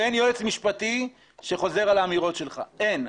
אין יועץ משפטי שחוזר על האמירות שלך, אין.